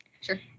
Sure